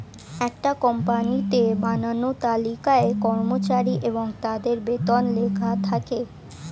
একটা কোম্পানিতে বানানো তালিকায় কর্মচারী এবং তাদের বেতন লেখা থাকে